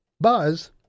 Buzz